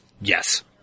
Yes